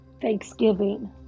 Thanksgiving